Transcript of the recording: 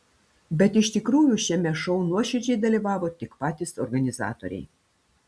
bet iš tikrųjų šiame šou nuoširdžiai dalyvavo tik patys organizatoriai